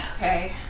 Okay